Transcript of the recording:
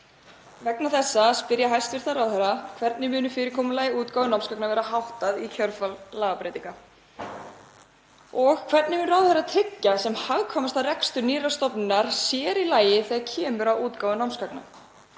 Vegna þessa spyr ég hæstv. ráðherra: Hvernig mun fyrirkomulagi útgáfu námsgagna verða háttað í kjölfar lagabreytinga og hvernig mun ráðherra tryggja sem hagkvæmastan rekstur nýrrar stofnunar, sér í lagi þegar kemur að útgáfu námsgagna?